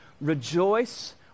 Rejoice